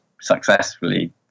successfully